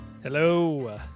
Hello